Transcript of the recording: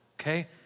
okay